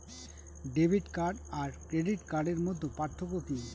Debit card আর credit কার্ডের মধ্যে পার্থক্য কি?